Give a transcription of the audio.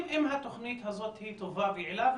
אם התוכנית הזאת היא טובה ויעילה,